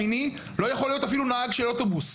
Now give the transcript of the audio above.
לא יכול לעבוד אפילו כנהג אוטובוס,